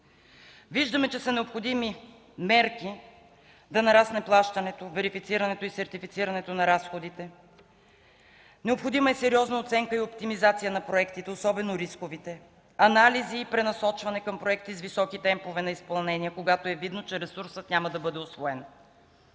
Виждаме, че са необходими мерки да нарасне плащането, верифицирането и сертифицирането на разходите. Необходима е сериозна оценка и оптимизация на проектите, особено рисковите, анализи и пренасочване към проекти с високи темпове на изпълнение, когато е видно, че ресурсът няма да бъде усвоен.